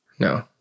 No